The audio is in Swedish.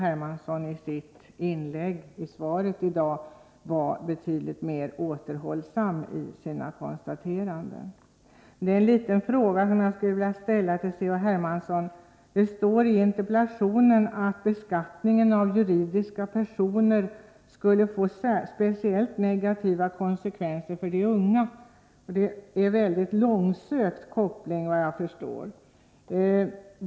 Hermansson i sitt inlägg med anledning av svaret i dag var betydligt mer återhållsam i sina konstateranden. Det är en liten kommentar jag skulle vilja göra till C.-H. Hermanssons inlägg. I interpellationen heter det att regeringens innehållande av medlen från beskattningen av juridiska personer skulle få speciellt negativa konsekvenser för de unga. Detta är såvitt jag förstår en mycket långsökt koppling.